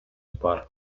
бар